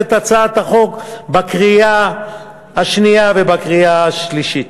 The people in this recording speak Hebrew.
את הצעת החוק בקריאה שנייה ובקריאה שלישית.